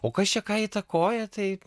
o kas čia ką įtakoja tai